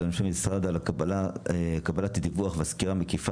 לאנשי המשרד על קבלת הדיווח ועל הסקירה המקיפה